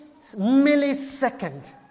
millisecond